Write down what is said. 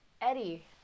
Eddie